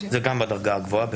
הוא גם בדרגה הגבוהה?